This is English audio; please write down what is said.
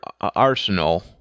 arsenal